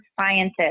scientists